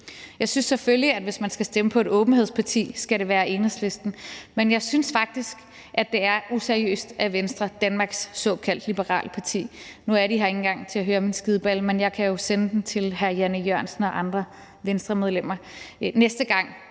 Jeg synes selvfølgelig, at hvis man skal stemme på et åbenhedsparti, skal det være Enhedslisten. Men jeg synes faktisk, at det er useriøst af Venstre, Danmarks såkaldte liberale parti – nu er de her ikke engang til at høre min skideballe, men jeg kan jo sende den til hr. Jan E. Jørgensen og andre Venstremedlemmer; næste gang